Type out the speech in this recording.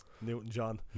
Newton-John